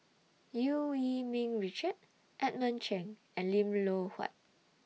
EU Yee Ming Richard Edmund Cheng and Lim Loh Huat